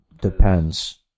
Depends